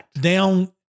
down